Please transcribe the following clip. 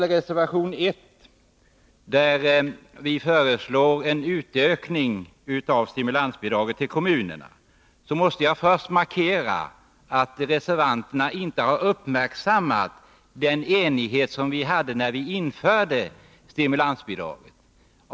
Reservation 1 gäller förslaget om en höjning av stimulansbidraget till kommuner. Jag måste först markera att reservanterna inte har uppmärksammat den enighet som rådde när vi införde stimulansbidraget.